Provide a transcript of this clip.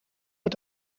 het